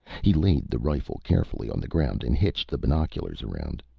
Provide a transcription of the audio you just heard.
he laid the rifle carefully on the ground and hitched the binoculars around.